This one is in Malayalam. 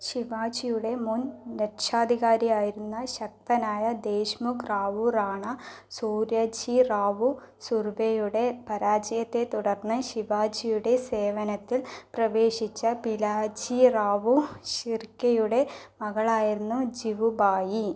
ശിവാജിയുടെ മുൻ രക്ഷാധികാരിയായിരുന്ന ശക്തനായ ദേശ്മുഖ് റാവു റാണാ സൂര്യാജിറാവു സുർവെയുടെ പരാജയത്തെത്തുടർന്ന് ശിവാജിയുടെ സേവനത്തിൽ പ്രവേശിച്ച പിലാജിറാവു ഷിർക്കെയുടെ മകളായിരുന്നു ജിവുബായി